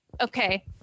okay